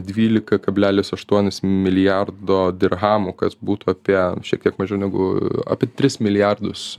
dvylika kablelis aštuonis milijardo dirhamų kad būtų apie šiek tiek mažiau negu apie tris milijardus